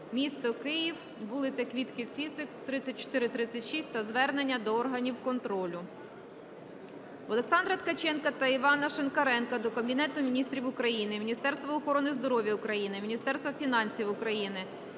місто Київ, вулиця Квітки Цісик, 34, 36" та звернення до органів контролю. Олександра Ткаченка та Івана Шинкаренка до Кабінету Міністрів України, Міністерства охорони здоров'я України, Міністерства фінансів України,